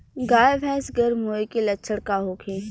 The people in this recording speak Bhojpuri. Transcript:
गाय भैंस गर्म होय के लक्षण का होखे?